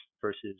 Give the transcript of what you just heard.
versus